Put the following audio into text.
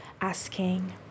asking